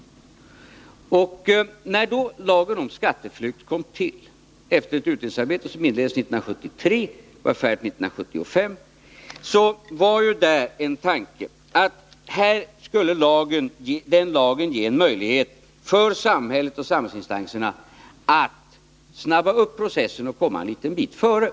Tanken med lagen om skatteflykt, som tillkom efter ett utredningsarbete som inleddes 1973 och var färdigt 1975, var att den skulle ge samhället och samhällsinstanserna en möjlighet att snabba upp processen och komma en liten bit före.